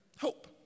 Hope